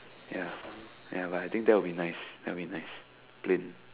ya ya but I think that will be nice that be nice plane